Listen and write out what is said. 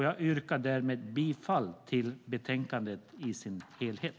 Jag yrkar därmed bifall till betänkandets förslag i dess helhet.